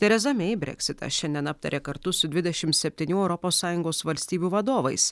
tereza mei breksitą šiandien aptarė kartu su dvidešim septynių europos sąjungos valstybių vadovais